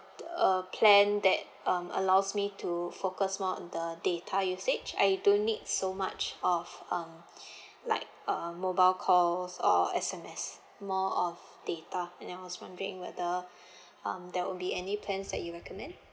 uh plan that um allows me to focus more on the data usage I don't need so much of um like uh mobile calls or S_M_S more of data and then I was wondering whether um that will be any plans that you recommend